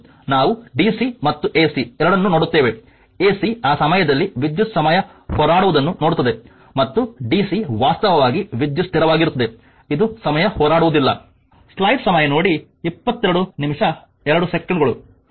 ನಾವು ಡಿಸಿ ಮತ್ತು ಎಸಿ ಎರಡನ್ನೂ ನೋಡುತ್ತೇವೆ ಎಸಿ ಆ ಸಮಯದಲ್ಲಿ ವಿದ್ಯುತ್ ಸಮಯ ಹೋರಾಡುವುದನ್ನು ನೋಡುತ್ತದೆ ಮತ್ತು ಡಿಸಿ ವಾಸ್ತವವಾಗಿ ವಿದ್ಯುತ್ ಸ್ಥಿರವಾಗಿರುತ್ತದೆ ಇದು ಸಮಯ ಹೋರಾಡುವುದಿಲ್ಲ